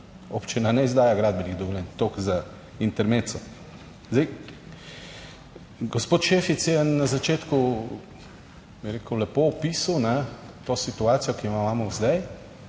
Občina ne izdaja gradbenih dovoljenj, toliko za intermezzo. Gospod Šefic je na začetku, bi rekel, lepo opisal na to situacijo, ki jo imamo zdaj